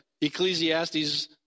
Ecclesiastes